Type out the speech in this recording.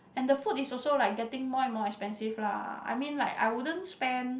and the food is also like getting more and more expensive lah I mean like I wouldn't spend